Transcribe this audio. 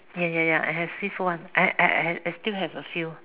ya ya ya I have seafood one I I I I still have a few